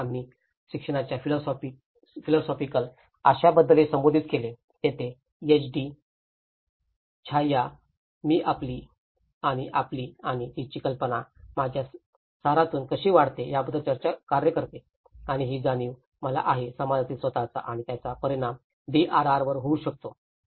आणि मग आम्ही शिक्षणाच्या फिलॉसॉफिकल आशयाबद्दलही संबोधित केले तिथेच HD CHAYYA मी आपली आणि आपली आणि तिची कल्पना माझ्या सारातून कशी वाढते यावर कार्य करते आणि ही जाणीव मला आहे समाजातील स्वत चा आणि त्याचा परिणाम DRR वर होऊ शकतो